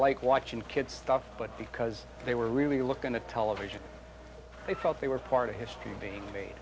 like watching kid stuff but because they were really looking to television they felt they were part of history being made